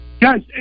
Guys